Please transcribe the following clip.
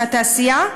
מהתעשייה,